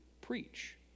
preach